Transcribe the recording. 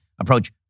approach